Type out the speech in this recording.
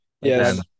Yes